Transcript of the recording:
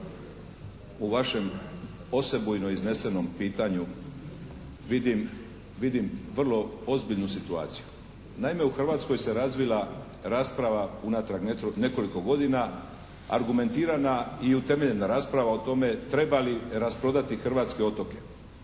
u vašem osebujno iznesenom pitanju vidim vrlo ozbiljnu situaciju. Naime u Hrvatskoj se razvila rasprava unatrag nekoliko godina, argumentirana i utemeljena rapsrava o tome treba li rasprodati hrvatske otoke.